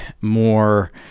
more